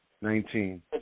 Nineteen